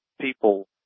people